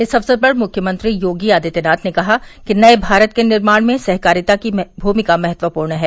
इस अवसर पर मुख्यमंत्री योगी आदित्यनाथ ने कहा कि नये भारत के निर्माण में सहकारिता की भूमिका महत्वपूर्ण है